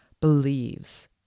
believes